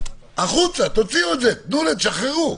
החוצה, תוציאו את זה, שחררו.